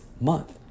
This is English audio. month